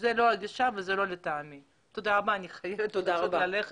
אני צריך לדאוג